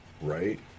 right